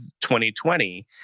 2020